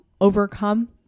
overcome